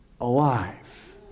alive